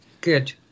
Good